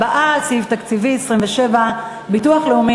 ההסתייגויות לא התקבלו.